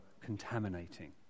contaminating